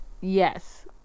Yes